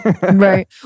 Right